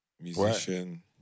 Musician